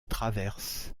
traverse